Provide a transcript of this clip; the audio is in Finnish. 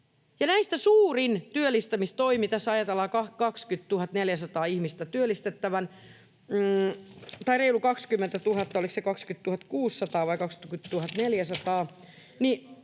näistä suurin työllistämistoimi, jolla ajatellaan 20 400 ihmistä työllistettävän — reilu 20 000, oliko se 20 600 vai 20 400...